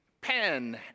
pen